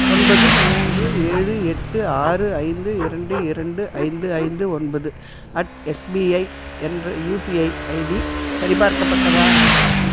ஒன்பது மூன்று ஏழு எட்டு ஆறு ஐந்து இரண்டு இரண்டு ஐந்து ஐந்து ஒன்பது அட் எஸ்பிஐ என்ற யுபிஐ ஐடி சரிபார்க்கப்பட்டதா